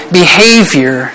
behavior